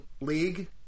league